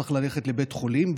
צריך ללכת לבית חולים,